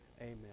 Amen